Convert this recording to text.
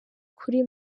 kuri